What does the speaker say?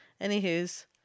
anywho's